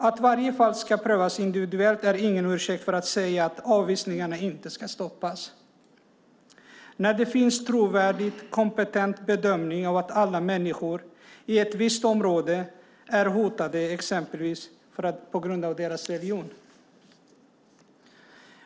Att varje fall ska prövas individuellt är ingen ursäkt för att säga att avvisningarna inte ska stoppas när det finns en trovärdig och kompetent bedömning om att alla människor i ett visst område är hotade exempelvis på grund av deras religion.